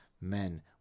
men